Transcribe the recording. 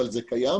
אבל זה קיים,